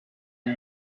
amb